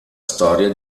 storia